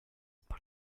put